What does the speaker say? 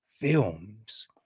films